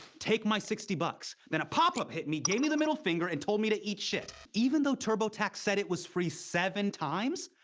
take my sixty. but then a pop-up hit me, gave me the middle finger, and told me to eat shit. even though turbotax said it was free seven times,